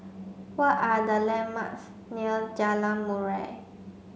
what are the landmarks near Jalan Murai